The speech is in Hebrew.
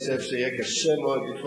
תגיד שאתה לא מדבר